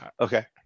Okay